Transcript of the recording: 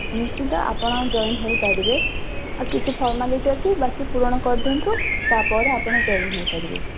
ନିଶ୍ଚିତ ଆପଣ ଜଏନ୍ ହେଇପାରିବେ ଆଉ କିଛି ଫର୍ମାଲିଟି ଅଛି ବାକି ପୁରଣ କରି ଦିଅନ୍ତୁ ତା'ପରେ ଆପଣ ଜଏନ୍ ହେଇପାରିବେ